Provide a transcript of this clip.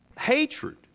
hatred